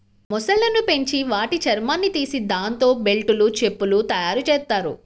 మొసళ్ళను పెంచి వాటి చర్మాన్ని తీసి దాంతో బెల్టులు, చెప్పులు తయ్యారుజెత్తారు